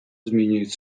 змінюють